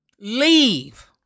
Leave